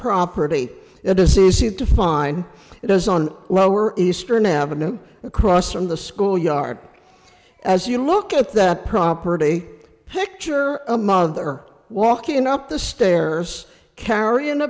property it is easy to find it is on lower eastern ave across from the school yard as you look at that property picture a mother walking up the stairs carrying a